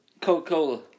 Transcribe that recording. Coca-Cola